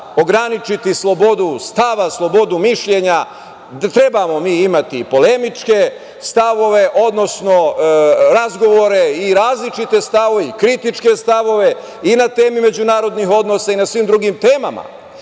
ograničiti slobodu stava, slobodu mišljenja. Treba da imamo i polemičke stavove, odnosno razgovore i različite stavove i kritičke stavove i na temi međunarodnih odnosa i na svim drugim temama.